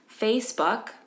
Facebook